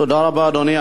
תודה רבה, אדוני.